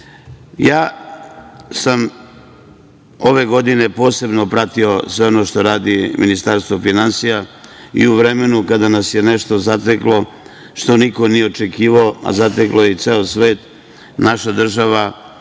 sam ove godine posebno pratio sve ono što radi Ministarstvo finansija i u vremenu kada nas je nešto zateklo što niko nije očekivao, a zateklo je i ceo svet, naša država